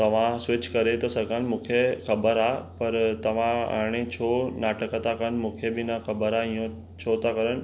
तव्हां स्विच करे थो सघनि मूंखे खबर आहे पर तव्हां हाणे छो नाटक था कनि मूंखे बि न ख़बर आ्हे ईअं छो था कनि